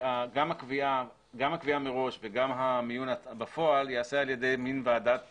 שגם הקביעה מראש וגם המיון בפועל ייעשה על ידי מין ועדה